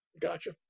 Gotcha